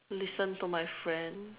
listen to my friend